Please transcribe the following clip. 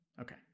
okay